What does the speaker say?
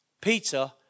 Peter